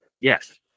Yes